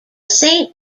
saint